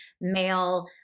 male